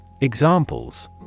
Examples